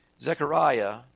Zechariah